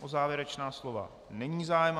O závěrečná slova není zájem.